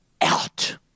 out